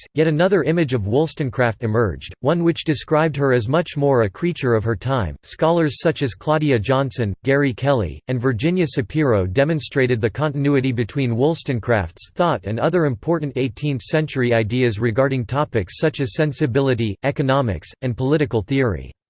yet another image of wollstonecraft emerged, one which described her as much more a creature of her time scholars such as claudia johnson, gary kelly, and virginia sapiro demonstrated the continuity between wollstonecraft's thought and other important eighteenth-century ideas regarding topics such as sensibility, economics, and political theory.